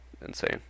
insane